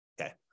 Okay